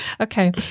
Okay